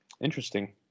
Interesting